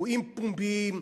באירועים פומביים,